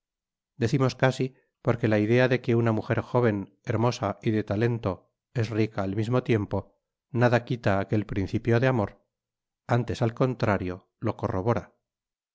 decimos casi porque la idea de que una mujer jóven hermosa y de talento es rica al mismo tiempo nada quita á aquel principio de amor antes al contrario lo corrobora